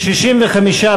הצעת